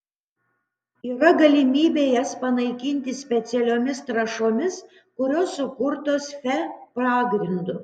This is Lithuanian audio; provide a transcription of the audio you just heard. yra galimybė jas panaikinti specialiomis trąšomis kurios sukurtos fe pagrindu